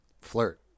flirt